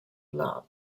blood